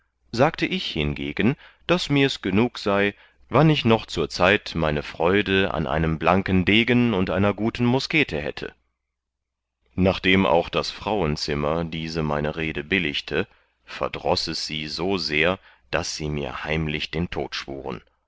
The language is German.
sagte ich hingegen daß mirs genug sei wann ich noch zurzeit meine freude an einem blanken degen und einer guten muskete hätte nachdem auch das frauenzimmer diese meine rede billigte verdroß es sie so sehr daß sie mir heimlich den tod